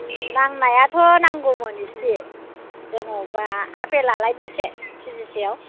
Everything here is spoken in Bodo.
नांनायाथ' नांगौमोन इसे जेनेबा आपेलालाय बेसे के जि सेयाव